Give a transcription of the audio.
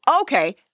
okay